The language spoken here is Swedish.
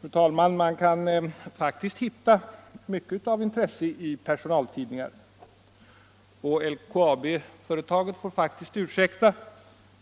Fru talman! Man kan faktiskt hitta mycket av intresse i personaltidningar. Och LKAB-företaget får faktiskt ursäkta.